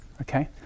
okay